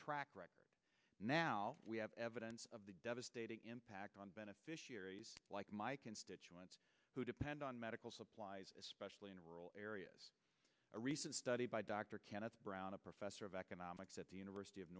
track record now we have evidence of the devastating impact on beneficiaries like my constituents who depend on medical supplies especially in rural areas a recent study by dr kenneth brown a professor of economics at the university of